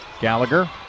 Gallagher